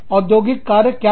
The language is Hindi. औद्योगिक कार्य क्या है